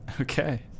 Okay